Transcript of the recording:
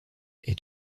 est